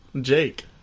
Jake